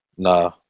Nah